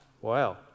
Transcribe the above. Wow